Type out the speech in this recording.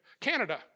Canada